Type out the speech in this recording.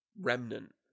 remnant